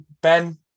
Ben